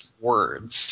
words